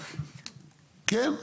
כן?